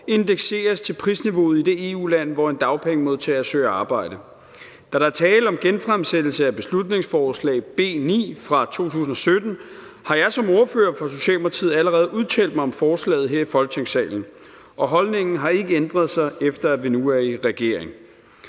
indekseres til prisniveauet i det EU-land, hvor en dagpengemodtager søger arbejde. Da der er tale om en genfremsættelse af beslutningsforslag B 9 fra 2017, har jeg som ordfører for Socialdemokratiet allerede udtalt mig om forslaget her i Folketingssalen, og holdningen har ikke ændret sig, efter at vi nu er i regering.